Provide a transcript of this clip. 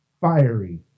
fiery